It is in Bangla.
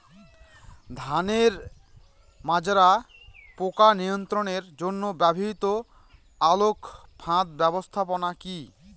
ধানের মাজরা পোকা নিয়ন্ত্রণের জন্য ব্যবহৃত আলোক ফাঁদ ব্যবস্থাপনা কি?